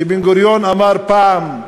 בן-גוריון אמר פעם: